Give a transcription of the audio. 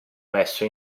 messo